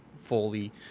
fully